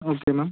okay ma'am